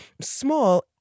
small